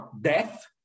death